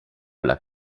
alla